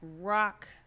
rock